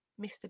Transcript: Mr